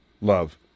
Love